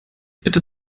bitte